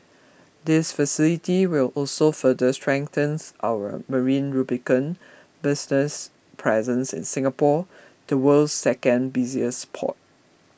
this facility will also further strengthens our marine lubricant business's presence in Singapore the world's second busiest port